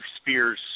Spears